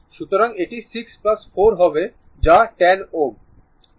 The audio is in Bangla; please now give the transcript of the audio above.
সুতরাং এটি 6 4 হবে যা 10 Ω